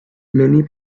many